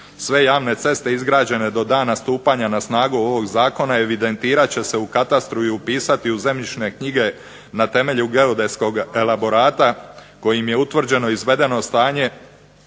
Sve javne ceste izgrađene do dana stupanja na snagu ovog zakona evidentirat će se u katastru i upisati u zemljišne knjige na temelju geodetskog elaborata kojim je utvrđeno izvedeno stanje